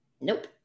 Nope